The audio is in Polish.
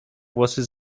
włosy